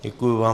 Děkuji vám.